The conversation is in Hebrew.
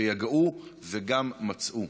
שיגעו וגם מצאו.